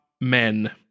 men